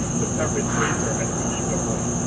the perpetrator has to leave the home.